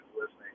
listening